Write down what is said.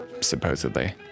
supposedly